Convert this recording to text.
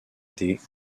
des